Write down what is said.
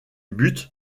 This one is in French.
but